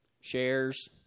shares